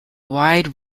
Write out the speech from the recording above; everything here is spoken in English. wide